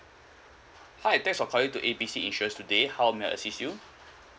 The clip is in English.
hi thanks for calling to A B C insurance today how may I assist you